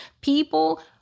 People